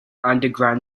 underground